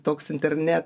toks interne